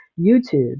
YouTube